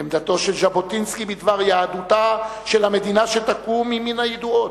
עמדתו של ז'בוטינסקי בדבר "יהדותה" של המדינה שתקום היא מן הידועות.